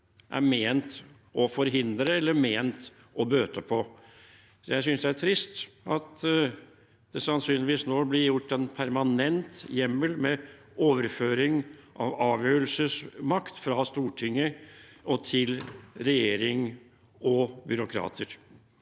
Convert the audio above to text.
er ment å forhindre eller ment å bøte på. Jeg synes det er trist at det nå sannsynligvis blir vedtatt en permanent hjemmel med overføring av avgjørelsesmakt fra Stortinget og til regjering og byråkrater.